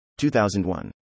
2001